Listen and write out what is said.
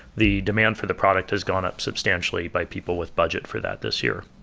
the demand for the product has gone up substantially by people with budget for that this year